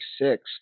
six